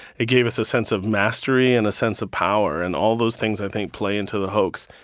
it gave us a sense of mastery and a sense of power. and all of those things i think play into the hoax.